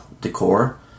decor